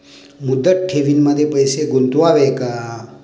मुदत ठेवींमध्ये पैसे गुंतवावे का?